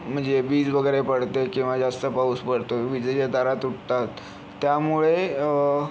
म्हणजे वीज वगैरे पडते किंवा जास्त पाऊस पडतो विजेच्या तारा तुटतात त्यामुळे